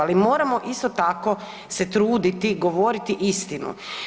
Ali moramo isto tako se truditi govoriti istinu.